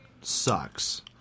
sucks